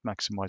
maximize